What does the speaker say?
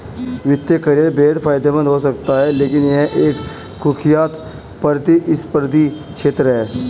वित्तीय करियर बेहद फायदेमंद हो सकता है लेकिन यह एक कुख्यात प्रतिस्पर्धी क्षेत्र है